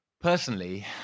personally